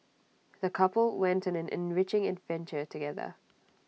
the couple went on an enriching adventure together